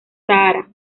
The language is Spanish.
sahara